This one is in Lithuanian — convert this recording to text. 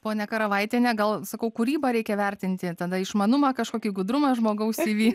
ponia karavaitiene gal sakau kūrybą reikia vertinti tada išmanumą kažkokį gudrumą žmogaus elvį